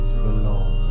belong